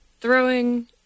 throwing